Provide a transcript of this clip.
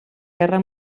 guerra